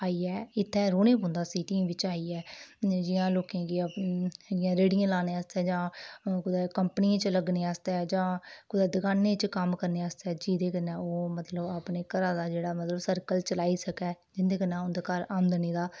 आइयै इत्थै रौह्ने पौंदा सिटी बिच आइयै जि'यां लोके गी इ'यां रेह्ड़ियां लाने आस्तै कंपनियें च लग्गने आस्तै जां कुतै दकाने च कम्म करने आस्तै जिदै कन्नै ओह् मतलब अपने घरै दा सर्कल चलाई सकै जिंदै कन्नै उं'दे घर कमाई दा साधन